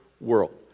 world